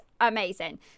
amazing